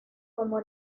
como